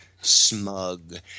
smug